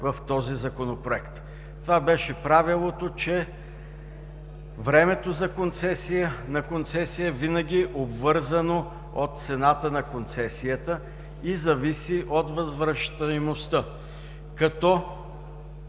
Това беше правилото, че времето на концесия е винаги обвързано от цената на концесията и зависи от възвръщаемостта,